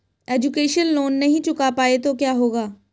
Education loan नहीं चुका पाए तो क्या होगा?